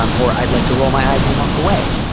um or i'd like to roll my eyes and walk away.